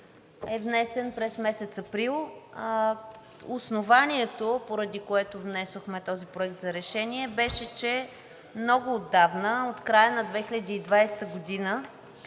е внесен през месец април. Основанието, поради което внесохме този проект за решение, беше, че много отдавна, от края на 2020 г.,